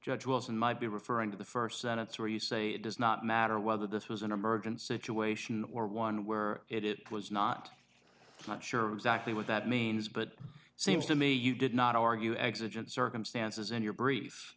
judge was and might be referring to the st sentence where you say it does not matter whether this was an emergent situation or one where it was not not sure exactly what that means but it seems to me you did not argue exit in circumstances in your brief